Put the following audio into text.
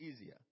easier